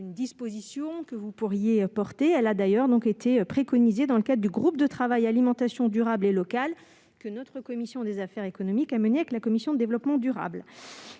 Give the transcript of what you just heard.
une disposition que vous pourriez apporter, elle a d'ailleurs donc été préconisée dans le cas du groupe de travail alimentation durable et locale que notre commission des affaires économiques à mener la commission du développement durable